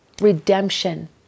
redemption